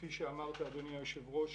כפי שאמרת אדוני היושב ראש,